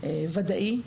ודאי.